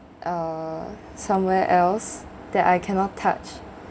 uh somewhere else that I cannot touch